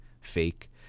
fake